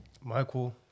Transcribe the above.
Michael